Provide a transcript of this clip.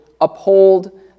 uphold